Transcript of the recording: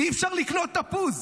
אי-אפשר לקנות תפוז.